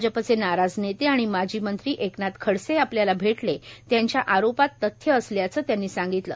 भाजपचे नाराज नेते आणि माजी मंत्री एकनाथ खडसे आपल्याला भेटले त्यांच्या आरोपात तथ्य असल्याचं त्यांनी सांगितलं